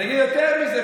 אני אומר יותר מזה,